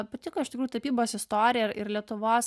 patiko iš tikrųjų tapybos istorija ir ir lietuvos